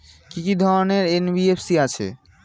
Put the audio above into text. কি কি ধরনের এন.বি.এফ.সি আছে?